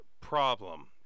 problem